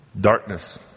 Darkness